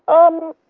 um,